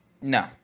No